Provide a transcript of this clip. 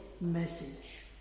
message